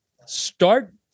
Start